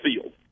field